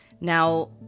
Now